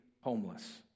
homeless